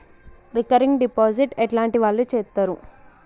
Recurring deposit ఎట్లాంటి వాళ్లు చేత్తరు?